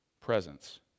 presence